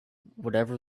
whatever